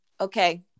okay